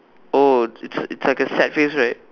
oh it's it's like a sad face right